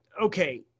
okay